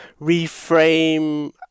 reframe